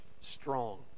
strong